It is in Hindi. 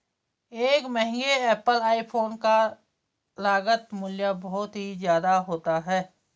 एक महंगे एप्पल आईफोन का लागत मूल्य बहुत ही ज्यादा होता है